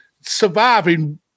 surviving